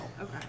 Okay